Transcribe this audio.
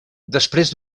després